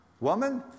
Woman